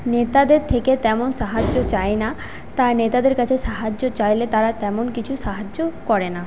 নেতাদের থেকে তেমন সাহায্য চাইনা তা নেতাদের কাছে সাহায্য চাইলে তারা তেমন কিছু সাহায্য করে না